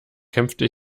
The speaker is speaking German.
kämpfte